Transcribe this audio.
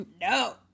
No